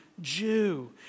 Jew